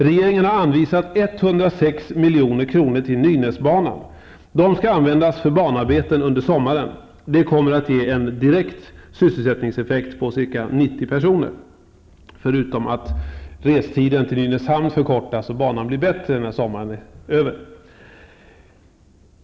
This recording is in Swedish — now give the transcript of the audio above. Regeringen har anvisat 106 milj.kr. till Nynäsbanan. Dessa pengar skall användas för banarbeten under sommaren, vilket kommer att ge en direkt sysselsättningseffekt och ge arbete åt ca 90 personer, förutom att restiden till Nynäshamn förkortas när banan efter sommarens slut har blivit bättre.